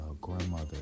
grandmother